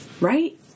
right